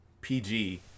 PG